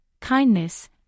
kindness